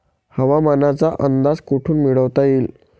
हवामानाचा अंदाज कोठून मिळवता येईन?